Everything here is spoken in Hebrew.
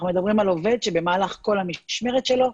אנחנו מדברים על עובד שבמהלך כל המשמרת שלו,